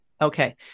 okay